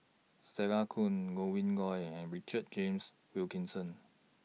Stella Kon Godwin Koay and Richard James Wilkinson